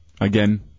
Again